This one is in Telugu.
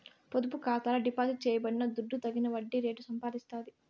పొదుపు ఖాతాల డిపాజిట్ చేయబడిన దుడ్డు తగిన వడ్డీ రేటు సంపాదిస్తాది